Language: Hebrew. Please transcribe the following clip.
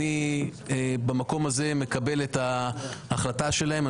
אני במקום הזה מקבל את ההחלטה שלהם.